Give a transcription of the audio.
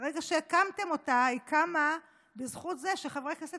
מהרגע שהקמתם אותה היא קמה בזכות זה שחברי הכנסת